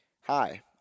Hi